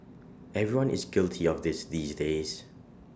everyone is guilty of this these days